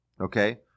okay